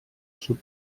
sud